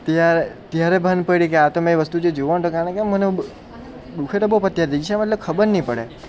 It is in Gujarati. ત્યારે ત્યારે ભાન પડ્યું કે આતો મે એ વસ્તુ જોવો તો જાણે કેમ મને દુખે તો બહુ અત્યારથી જ છે મતલબ ખબર નહીં પડે